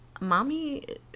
mommy